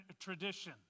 tradition